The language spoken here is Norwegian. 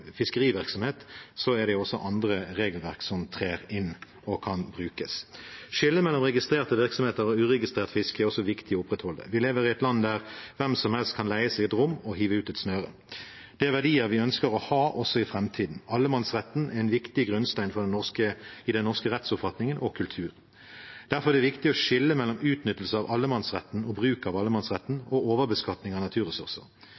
fiskerivirksomhet, er det også andre regelverk som trer inn og kan brukes. Skillet mellom registrert virksomhet og uregistrert fiske er også viktig å opprettholde. Vi lever i et land der hvem som helst kan leie seg et rom og hive ut et snøre. Dette er verdier vi ønsker å ha også i framtiden. Allemannsretten er en viktig grunnstein i den norske rettsoppfatningen og kulturen. Derfor er det viktig å skille mellom utnyttelse og bruk av allemannsretten og overbeskatning av naturressurser.